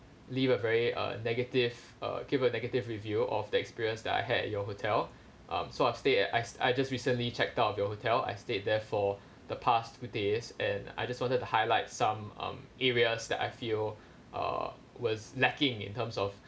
leave a very uh negative uh give a negative review of the experience that I had at your hotel um so I stayed at I I just recently checked out of your hotel I stayed there for the past few days and I just wanted to highlight some um areas that I feel uh was lacking in terms of